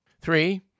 Three